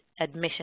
admission